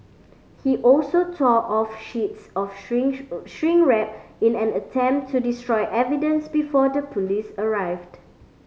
he also tore off sheets of shrink wrap in an attempt to destroy evidence before the police arrived